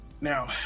Now